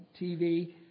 TV